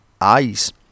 eyes